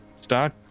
start